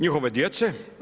Njihove djece?